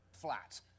flat